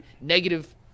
negative